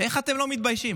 איך אתם לא מתביישים.